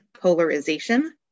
polarization